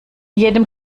jedem